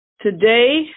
Today